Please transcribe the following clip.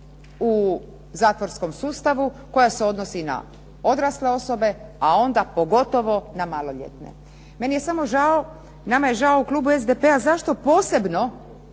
u zatvorskom sustavu koja se odnosi i na odrasle osobe, a onda pogotovo na maloljetne. Nama je posebno žao u Klubu SDP-a zašto posebno